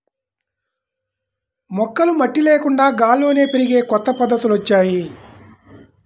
మొక్కలు మట్టి లేకుండా గాల్లోనే పెరిగే కొత్త పద్ధతులొచ్చాయ్